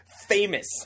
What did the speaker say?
Famous